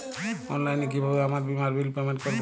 অনলাইনে কিভাবে আমার বীমার বিল পেমেন্ট করবো?